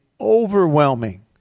overwhelming